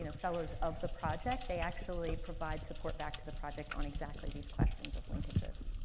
you know fellows of the project, they actually provide support back to the project on exactly these questions of linkages.